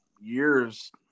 years